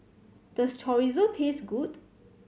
does Chorizo taste good